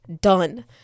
Done